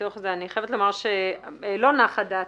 אני חייבת לומר שלא נחה דעתי.